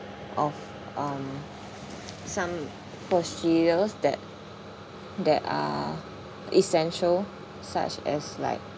of um some procedures that that are essential such as like